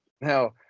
Now